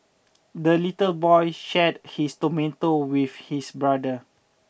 the little boy shared his tomato with his brother